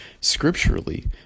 scripturally